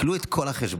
עיקלו את כל החשבון,